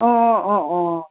অঁ অঁ অঁ